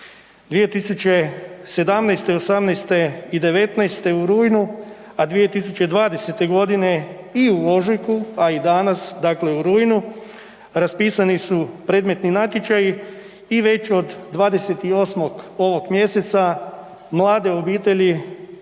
2017., 2018. i 2019. u rujnu, a 2020. godine i u ožujku, a i danas dakle u rujnu raspisani su predmetni natječaji i već od 28. ovog mjeseca mlade obitelji